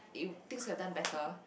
if things are done better